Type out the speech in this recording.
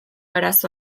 arazo